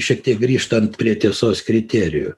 šiek tiek grįžtant prie tiesos kriterijų